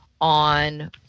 on